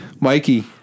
Mikey